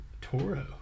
Toro